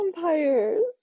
Vampires